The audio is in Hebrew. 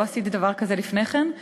לא עשיתי דבר כזה לפני כן,